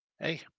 hey